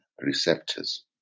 receptors